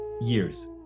years